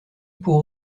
pour